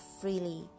freely